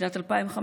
בשנת 2015,